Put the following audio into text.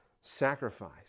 sacrifice